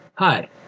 Hi